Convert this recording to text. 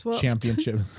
championship